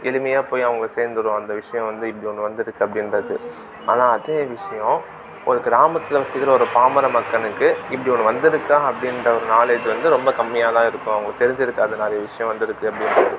எளிமையாக போய் அவங்களை சேந்துடும் அந்த விஷயம் வந்து இப்படி ஒன்று வந்துருக்குது அப்படின்றது ஆனால் அதே விஷயம் ஒரு கிராமத்தில் வசிக்கிற ஒரு பாமர மக்களுக்கு இப்படி ஒன்று வந்திருக்கா அப்படின்ற ஒரு நாலேஜ் வந்து ரொம்ப கம்மியாக தான் இருக்கும் அவங்களுக்கு தெரிஞ்சுருக்காது நிறைய விஷயம் வந்துருக்குது அப்படின்றது